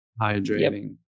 hydrating